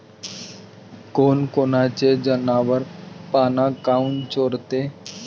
कोनकोनचे जनावरं पाना काऊन चोरते?